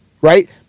Right